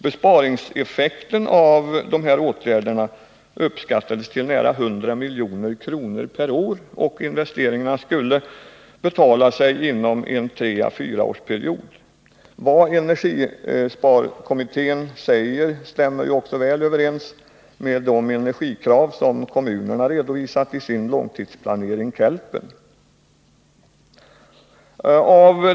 Besparingseffekten av dessa åtgärder uppskattas till nära 100 milj.kr. per år, och investeringarna skulle betala sig inom en period på tre å fyra år. Vad energisparkommittén säger stämmer också väl överens med de energikrav som kommunerna redovisat i sin långtidsplanering, KELP.